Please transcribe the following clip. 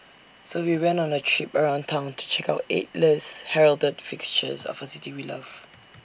so we went on A traipse around Town to check out eight less heralded fixtures of A city we love